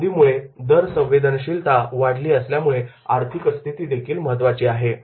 मंदीमुळे दर संवेदनशीलता वाढली असल्यामुळे आर्थिक स्थिती देखील महत्त्वाचे आहे